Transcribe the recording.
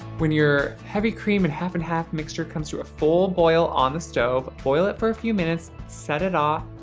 when your heavy cream and half and half mixture comes to a full boil on the stove, boil it for a few minutes, set it off,